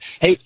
Hey